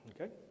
Okay